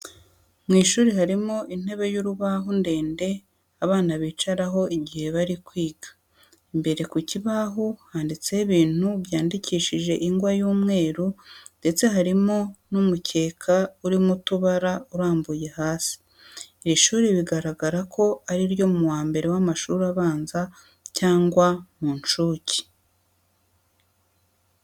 Mu ishuri harimo intebe y'urubaho ndende abana bicaraho igihe bari kwiga. Imbere ku kibaho handitseho ibintu byandikishijwe ingwa y'umweru ndetse harimo n'umukeka urimo utubara urambuye hasi. Iri shuri biragaragara ko ari iryo mu wa mbere w'amashuri abanza cyangwa mu nshuke.